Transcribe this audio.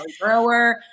grower